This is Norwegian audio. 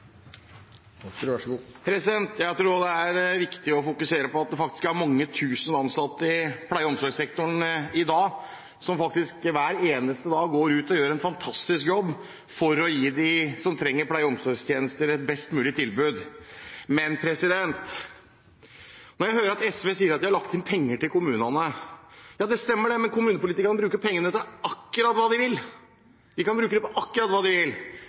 viktig å fokusere på at det faktisk er mange tusen ansatte i pleie- og omsorgssektoren i dag som hver eneste dag går ut og gjør en fantastisk jobb for å gi dem som trenger pleie- og omsorgstjenester, et best mulig tilbud. Jeg hører at SV sier at de har lagt inn penger til kommunene. Ja, det stemmer det, men kommunepolitikerne bruker pengene til akkurat hva de vil. De kan bruke dem på akkurat hva de vil,